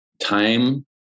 time